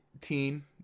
teen